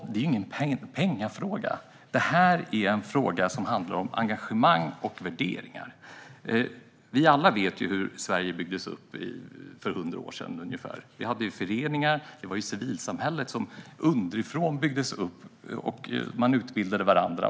Det är alltså ingen pengafråga utan en fråga som handlar om engagemang och värderingar. Vi vet alla hur Sverige byggdes upp för ungefär hundra år sedan. Vi hade föreningar, civilsamhället byggdes upp underifrån och man utbildade varandra.